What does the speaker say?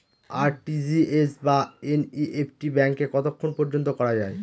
RTGS বা NEFT ব্যাংকে কতক্ষণ পর্যন্ত করা যায়?